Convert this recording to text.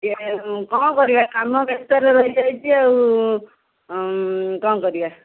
ଇ କ'ଣ କରିବା କାମରେ ବ୍ୟସ୍ଥରେ ରହିଯାଇଛି ଆଉ କ'ଣ କରିବା